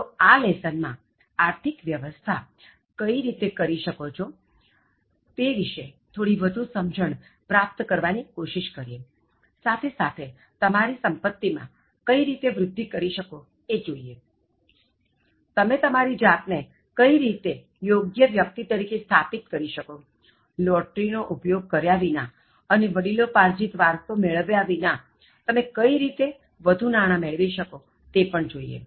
તો આ લેસન માં આર્થિક વ્યવસ્થા કઈ રીતે કરી શકો તે વિશે થોડી વધું સમજણ પ્રાપ્ત કરવાની કોશિશ કરીએ અને સાથે સાથે તમારી સંપત્તિ માં કઈ રીતે વૃધ્ધિ કરી શકો એ જોઇએ તમે તમારી જાતને કઈ રીતે યોગ્ય વ્યક્તિ તરીકે સ્થાપિત કરી શકો લોટરી નો ઉપયોગ કર્યા વિના અને વડીલોપાર્જિત વારસો મેળવ્યા વિના તમે કઈ રીતે વધુ નાણાં મેળવી શકો તે પણ જોઇએ